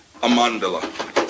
Amandala